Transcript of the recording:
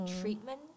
treatment